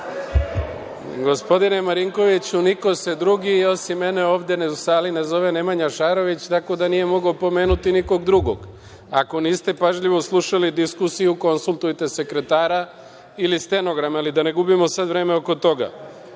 Gospodine Marinkoviću, niko se drugi osim mene ovde u sali ne zove Nemanja Šarović, tako da nije mogao pomenuti nikoga drugog. Ako niste pažljivo slušali diskusiju, konsultujte sekretara ili stenogram, ali da ne gubimo vreme. Pre svega